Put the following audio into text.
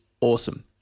awesome